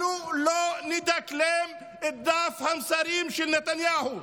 אנחנו לא נדקלם את דף המסרים של נתניהו.